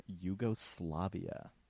Yugoslavia